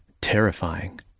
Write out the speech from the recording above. terrifying